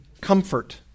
Comfort